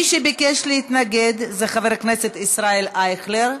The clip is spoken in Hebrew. מי שביקש להתנגד זה חבר הכנסת ישראל אייכלר.